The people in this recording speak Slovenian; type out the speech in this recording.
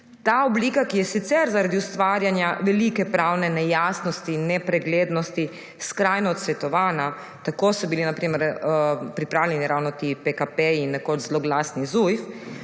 Ta oblika, ki je sicer zaradi ustvarjanja velike pravne nejasnosti in nepreglednosti skrajno odsvetovana, tako so bili na primer pripravljeni ravno ti PKP-ji in nekoč zloglasni ZUJF,